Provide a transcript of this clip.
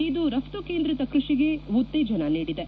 ಇದು ರಫ್ತು ಕೇಂದ್ರಿತ ಕೃಷಿಗೆ ಉತ್ತೇಜನ ನೀಡಿದೆ